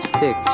six